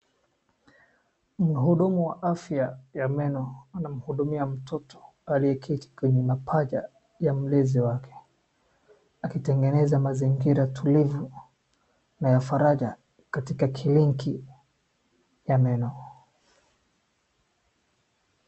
Mhudumu wa afya ya meno anamhudumia mtoto aliyeketi kwenye mapaja ya mlezi wake, akitegeneza mazingira tulivu na ya faraja katika kliniki ya meno.